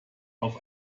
auf